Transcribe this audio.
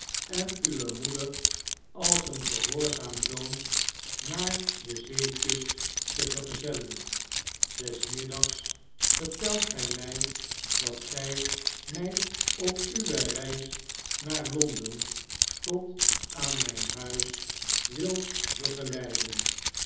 en uwe moeder als een gehoorzaam zoon naar de zeekust te vergezellen des middags vertelt gij mij dat gij mij op uwe reis naar londen tot aan mijn huis wilt begeleiden